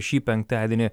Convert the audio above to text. šį penktadienį